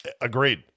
Agreed